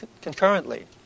concurrently